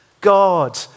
God